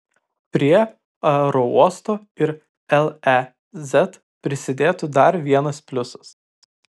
prie aerouosto ir lez prisidėtų dar vienas pliusas